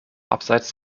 abseits